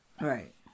Right